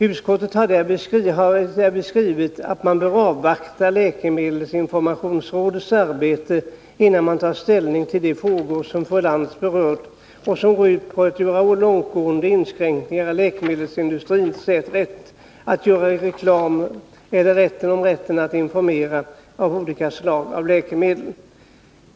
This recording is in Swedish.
Utskottet har därvid skrivit att man bör avvakta läkemedelsinformationsrådets arbete innan man tar ställning till de frågor som fru Lantz berör, och som går ut på att göra långtgående inskränkningar i läkemedelsindustrins rätt att informera om olika slag av läkemedel.